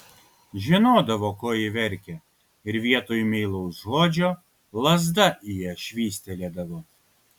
žinodavo ko ji verkia ir vietoj meilaus žodžio lazda į ją švystelėdavo